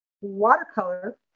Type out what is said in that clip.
watercolor